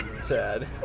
sad